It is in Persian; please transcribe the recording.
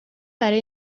برای